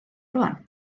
rŵan